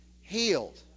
healed